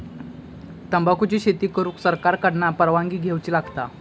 तंबाखुची शेती करुक सरकार कडना परवानगी घेवची लागता